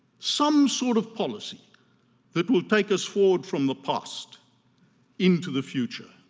some sort of policy that will take us forward from the past into the future.